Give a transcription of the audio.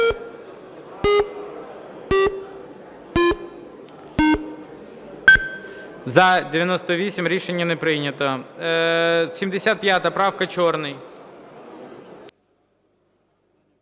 За-98 Рішення не прийнято. 75 правка, Чорний.